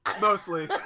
mostly